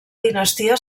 dinastia